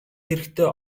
хэрэгтэй